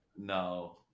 No